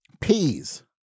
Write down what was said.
Peas